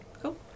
cool